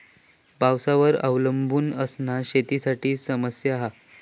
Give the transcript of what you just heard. पावसावर अवलंबून असना शेतीसाठी समस्या हा